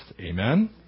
Amen